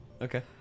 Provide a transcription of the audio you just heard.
Okay